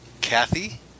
Kathy